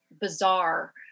bizarre